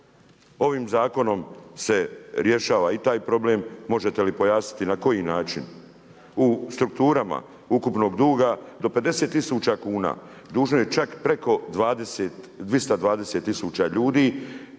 Ovim zakonom se rješava i taj problem, možete li pojasniti na koji način? U strukturama ukupnog duga do 50 tisuća kuna dužno je čak preko 220 tisuća ljudi,